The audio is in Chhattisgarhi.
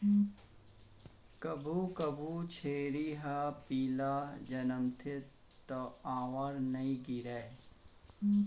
कभू कभू छेरी ह पिला जनमथे त आंवर नइ गिरय